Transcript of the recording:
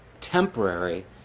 temporary